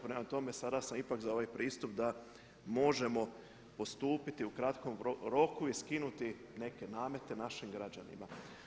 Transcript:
Prema tome sada sam ipak za ovaj pristup da možemo postupiti u kratkom roku i skinuti neke namete našim građanima.